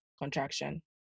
contraction